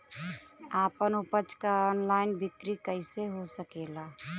आपन उपज क ऑनलाइन बिक्री कइसे हो सकेला?